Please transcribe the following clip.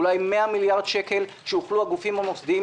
אולי 100 מיליארד שקל שיוכלו הגופים המוסדיים